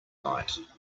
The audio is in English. night